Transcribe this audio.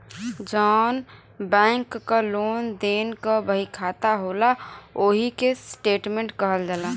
जौन बैंक क लेन देन क बहिखाता होला ओही के स्टेट्मेंट कहल जाला